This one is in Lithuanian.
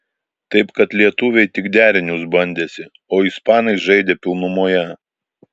taip kad lietuviai tik derinius bandėsi o ispanai žaidė pilnumoje